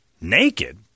Naked